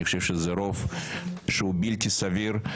אני חושב שזה רוב שהוא בלתי סביר.